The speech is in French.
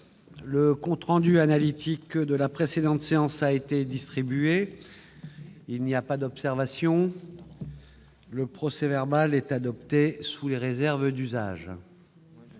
Le compte rendu analytique de la précédente séance a été distribué. Il n'y a pas d'observation ?... Le procès-verbal est adopté sous les réserves d'usage.